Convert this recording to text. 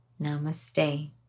Namaste